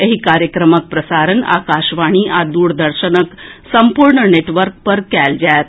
एहि कार्यक्रमक प्रसारण आकाशवाणी आ द्रदर्शनक सम्पूर्ण नेटवर्क पर कयल जायत